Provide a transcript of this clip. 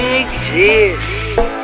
exist